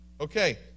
Okay